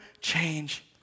change